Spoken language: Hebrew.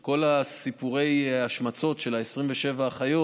כל סיפורי ההשמצות על 27 אחיות,